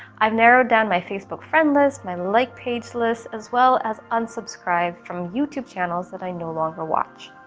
i've narrowed down my facebook friend list, my like page list, as well as unsubscribe from youtube channels that i no longer watch.